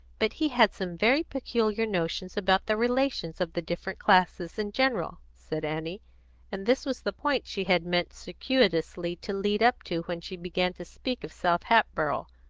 but he had some very peculiar notions about the relations of the different classes in general, said annie and this was the point she had meant circuitously to lead up to when she began to speak of south hatboro',